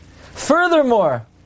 Furthermore